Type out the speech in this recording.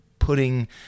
putting